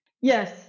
yes